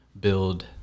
build